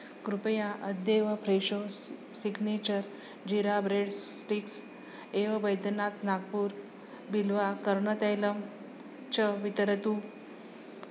कृपया अद्यैव Fresho's signature jeera breads sticks एव वैद्यनात् नागपुर् बिल्वा कर्णतैलं च वितरतु